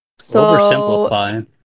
Oversimplify